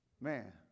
Man